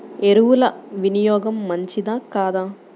ఎరువుల వినియోగం మంచిదా కాదా?